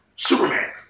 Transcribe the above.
Superman